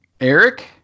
Eric